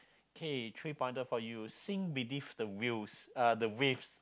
okay three pointer for you sink beneath the uh the waves